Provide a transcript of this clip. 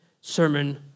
sermon